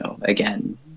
again